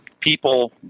people